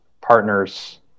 partners